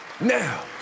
Now